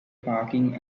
parking